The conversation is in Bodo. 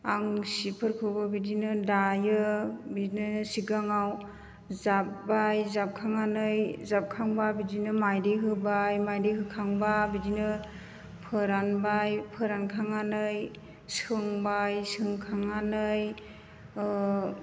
आं सिफोरखौबो बिदिनो दायो बिदिनो सिगाङाव जाबबाय जाबखांनानै जाबखांब्ला बिदिनो माइदि होबाय माइदि होखांब्ला बिदिनो फोरानबाय फोरानखांनानै सोमबाय सोमखांनानै